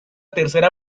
tercera